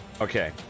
Okay